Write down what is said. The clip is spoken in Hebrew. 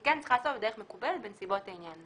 היא כן צריכה להיעשות בדרך מקובלת בנסיבות העניין.